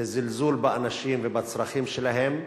זה זלזול באנשים ובצרכים שלהם.